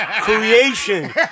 creation